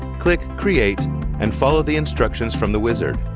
click create and follow the instructions from the wizard.